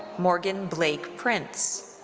morgan blake prince.